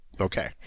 Okay